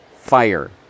fire